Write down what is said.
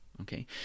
Okay